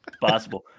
possible